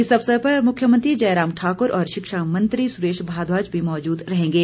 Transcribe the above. इस अवसर पर मुख्यमंत्री जयराम ठाकर और शिक्षामंत्री सुरेश भारद्वाज भी मौजूद रहेंगे